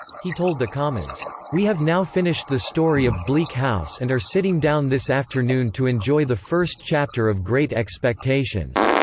he told the commons we have now finished the story of bleak house and are sitting down this afternoon to enjoy the first chapter of great expectations.